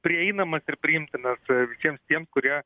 prieinamas ir priimtinas visiems tiem kurie